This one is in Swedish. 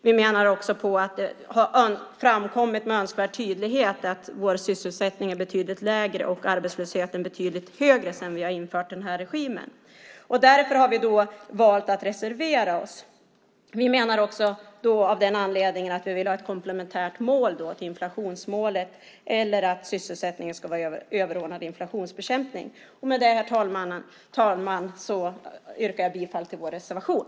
Vi menar också på att det har framkommit med önskvärd tydlighet att vår sysselsättning är betydligt lägre och arbetslösheten betydligt högre sedan vi infört den här regimen. Därför har vi valt att reservera oss. Vi vill också att det ska finnas ett komplementärt mål till inflationsmålet eller att sysselsättningen ska vara överordnad inflationsbekämpningen. Herr talman! Jag yrkar bifall till vår reservation.